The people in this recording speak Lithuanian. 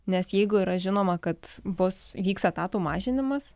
nes jeigu yra žinoma kad bus vyks etatų mažinimas